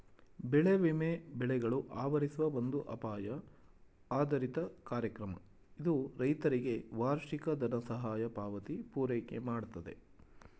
ಬೆಳೆ ವಿಮೆ ಬೆಳೆಗಳು ಆವರಿಸುವ ಒಂದು ಅಪಾಯ ಆಧಾರಿತ ಕಾರ್ಯಕ್ರಮ ಇದು ರೈತರಿಗೆ ವಾರ್ಷಿಕ ದನಸಹಾಯ ಪಾವತಿ ಪೂರೈಕೆಮಾಡ್ತದೆ